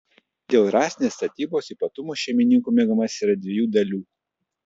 dėl rąstinės statybos ypatumų šeimininkų miegamasis yra dviejų dalių